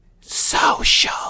social